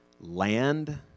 land